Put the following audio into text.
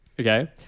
Okay